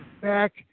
back